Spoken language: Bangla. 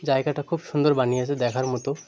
জায়গাটা খুব সুন্দর বানিয়ে আছে দেখার মতো